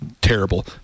terrible